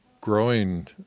growing